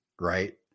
Right